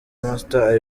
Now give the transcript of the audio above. master